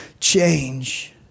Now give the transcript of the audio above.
change